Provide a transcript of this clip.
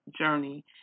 journey